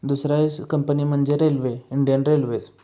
दुसऱ्या कंपनी म्हणजे railway Indian railways